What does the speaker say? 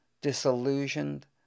disillusioned